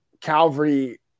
Calvary